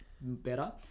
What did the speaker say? better